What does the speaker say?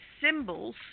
symbols